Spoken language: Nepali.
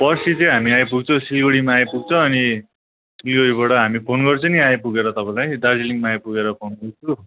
पर्सी चाहिँ हामी आइपुग्छ सिलगढीमा आइपुग्छ अनि सिलगढीबाट हामी फोन गर्छु नि आइपुगेर तपाईँलाई दार्जिलिङमा आइपुगेर फोन गर्छु